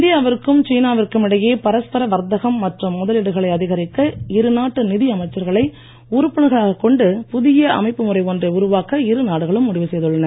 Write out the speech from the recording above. India விற்கும் சீனா விற்கும் இடையே பரஸ்பர வர்த்தகம் மற்றும் முதலீடுகளை அதிகரிக்க இருநாட்டு நிதி அமைச்சர்களை உறுப்பினர்களாகக் கொண்டு புதிய அமைப்பு முறை ஒன்றை உருவாக்க இருநாடுகளும் முடிவு செய்துள்ளன